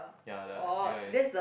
ya the that guy